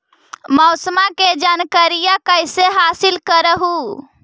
मौसमा के जनकरिया कैसे हासिल कर हू?